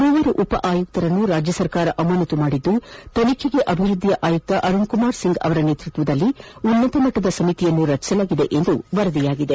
ಮೂವರು ಉಪ ಆಯುಕ್ತರನ್ನು ರಾಜ್ಜ ಸರ್ಕಾರ ಅಮಾನತು ಮಾಡಿದ್ದು ತನಿಖೆಗೆ ಅಭಿವೃದ್ದಿಯ ಆಯುಕ್ತ ಅರುಣ್ ಕುಮಾರ್ ಸಿಂಗ್ ಅವರ ನೇತೃತ್ವದಲ್ಲಿ ಉನ್ನತ ಮಟ್ಟದ ಸಮಿತಿಯನ್ನು ರಚಿಸಲಾಗಿದೆ ಎಂದು ವರದಿಯಾಗಿದೆ